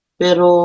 pero